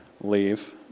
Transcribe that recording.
leave